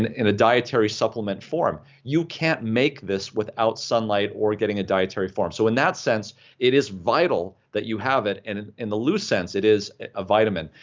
and in a dietary supplement form. you can't make this without sunlight or getting a dietary form, so in that sense it is vital that you have it, and and in the loose sense it is a vitamin.